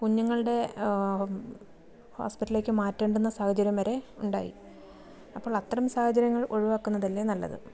കുഞ്ഞുങ്ങളുടെ ഹോസ്പിറ്റലിലേക്ക് മാറ്റേണ്ടുന്ന സാഹചര്യം വരെ ഉണ്ടായി അപ്പോൾ അത്തരം സാഹചര്യങ്ങൾ ഒഴിവാകുന്നതല്ലേ നല്ലത്